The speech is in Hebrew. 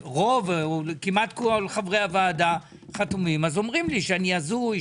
כמעט כל חברי הוועדה חתומים אז אומרים לי שאני הזוי,